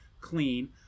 clean